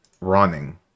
running